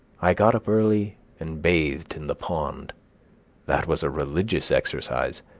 i got up early and bathed in the pond that was a religious exercise,